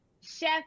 Chef